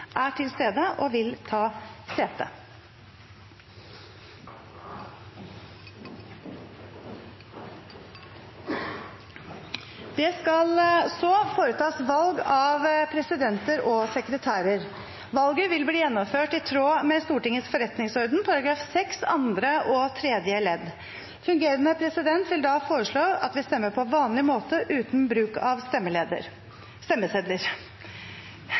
er til stede og vil ta sete. Det skal så foretas valg av presidenter og sekretærer. Valget vil bli gjennomført i tråd med Stortingets forretningsorden § 6, andre og tredje ledd. Fungerende president vil da foreslå at vi stemmer på vanlig måte, uten bruk av stemmesedler.